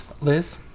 Liz